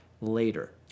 later